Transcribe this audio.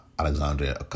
Alexandria